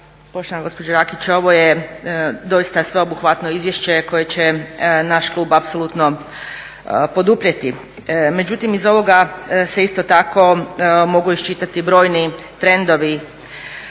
poštovana gospođo Rakić. Ovo je doista sveobuhvatno izvješće koje će naš klub apsolutno poduprijeti. Međutim, iz ovoga se isto tako mogu iščitati brojni trendovi.